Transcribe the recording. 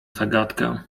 zagadkę